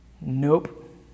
Nope